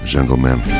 Jungleman